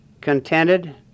contented